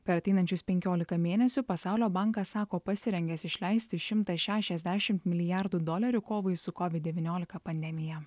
per ateinančius penkioliką mėnesių pasaulio bankas sako pasirengęs išleisti šimtą šešiasdešimt milijardų dolerių kovai su covid devyniolika pandemija